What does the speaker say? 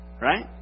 Right